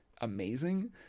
amazing